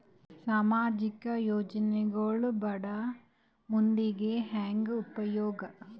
ಸಾಮಾಜಿಕ ಯೋಜನೆಗಳು ಬಡ ಮಂದಿಗೆ ಹೆಂಗ್ ಉಪಯೋಗ?